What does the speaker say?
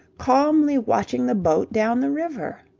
calmly watching the boat down the river.